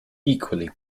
equally